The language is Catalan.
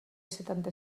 setanta